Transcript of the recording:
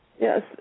Yes